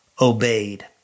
obeyed